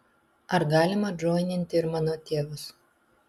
ar galima džoininti ir mano tėvus